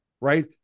right